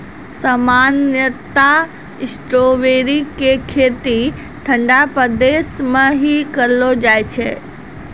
सामान्यतया स्ट्राबेरी के खेती ठंडा प्रदेश मॅ ही करलो जाय छै